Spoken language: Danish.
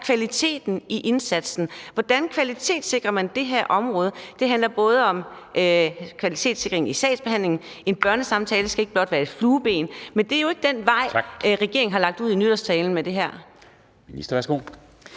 hvad kvaliteten er i indsatsen. Hvordan kvalitetssikrer man det her område? Det handler både om kvalitetssikring i sagsbehandlingen – en børnesamtale skal ikke blot være et sat flueben. Men med statsministerens nytårstale er det jo